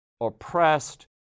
oppressed